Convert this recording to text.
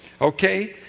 okay